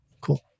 Cool